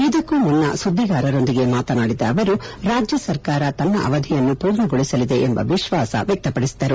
ಇದಕ್ಕೂ ಮುನ್ನ ಸುದ್ವಿಗಾರರೊಂದಿಗೆ ಮಾತನಾಡಿದ ಅವರು ರಾಜ್ಯ ಸರ್ಕಾರ ತನ್ನ ಅವಧಿಯನ್ನು ಮೂರ್ಣಗೊಳಿಸಲಿದೆ ಎಂದು ವಿಶ್ವಾಸ ವ್ಯಕ್ತ ಪಡಿಸಿದರು